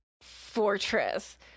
fortress